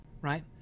right